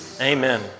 amen